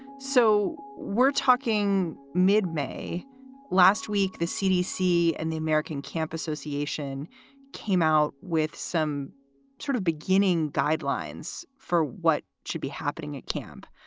so we're talking mid-may last week, the cdc and the american camp association came out with some sort of beginning guidelines for what should be happening at camp.